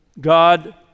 God